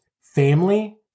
family